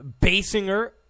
Basinger